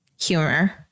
humor